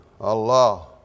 Allah